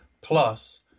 Plus